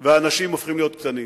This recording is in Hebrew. והאנשים הופכים להיות קטנים.